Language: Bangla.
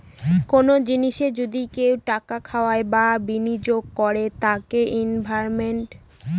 কোনো জিনিসে যদি কেউ টাকা খাটায় বা বিনিয়োগ করে তাকে ইনভেস্টমেন্ট ট্রাস্ট ফান্ড বলে